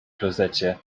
klozecie